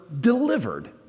delivered